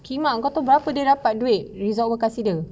kimak kau tahu berapa dia dapat duit result kasi dia